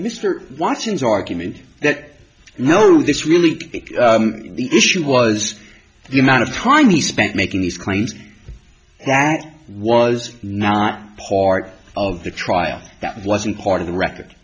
mr watchings argument that no this really the issue was the amount of time he spent making these claims that was not part of the trial that wasn't part of the record